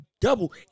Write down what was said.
double